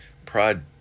Pride